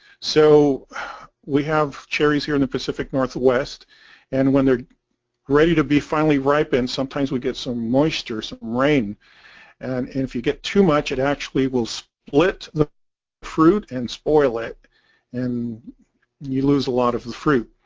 so we have cherries here in the pacific northwest and when they're ready to be finally ripened sometimes we get some moisture, some rain and if you get too much it actually will split the fruit and spoil it and you lose a lot of the fruit.